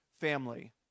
family